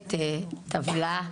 מצרפת טבלה.